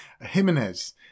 Jimenez